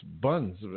buns